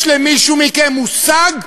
יש למישהו מכם מושג?